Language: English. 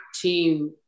team